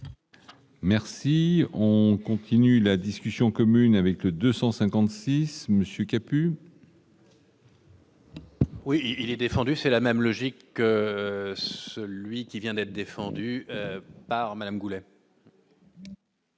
Merci, on continue la discussion commune avec le 256 monsieur a pu. Oui, il est défendu, c'est la même logique que celui qui vient d'être défendu par Madame Goulet.